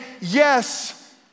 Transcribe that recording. yes